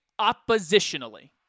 oppositionally